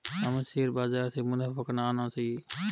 हमें शेयर बाजार से मुनाफा करना आना चाहिए